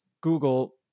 Google